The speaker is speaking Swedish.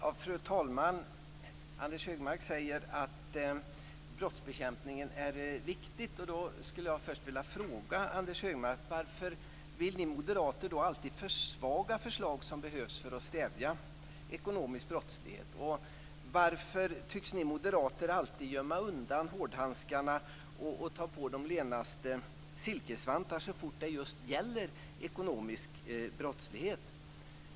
Fru talman! Anders Högmark säger att brottsbekämpning är viktigt. Men varför vill ni moderater då alltid försvaga förslag till åtgärder som behövs för att stävja ekonomisk brottslighet? Och varför tycks ni moderater alltid gömma undan hårdhandskarna och ta på de lenaste silkesvantar så fort det just gäller ekonomisk brottslighet?